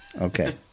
Okay